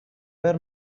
were